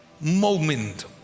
moment